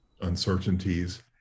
Uncertainties